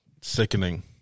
sickening